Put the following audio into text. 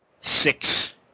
Six